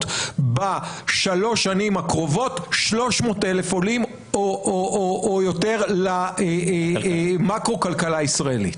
בשלוש שנים הקרובות 300,000 עולים או יותר למקרו כלכלה הישראלית,